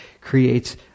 creates